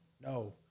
No